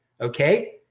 okay